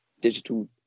digital